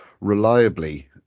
reliably